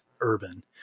urban